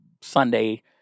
Sunday